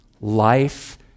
Life